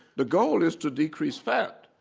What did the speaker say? the goal is to decrease fat.